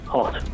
Hot